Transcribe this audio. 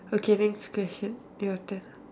okay next question your turn